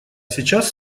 сейчас